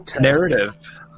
narrative